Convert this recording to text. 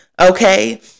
Okay